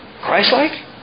Christ-like